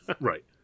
Right